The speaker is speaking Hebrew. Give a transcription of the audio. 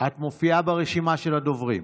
את מופיעה ברשימה של הדוברים.